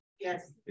Yes